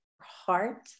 heart